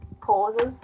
pauses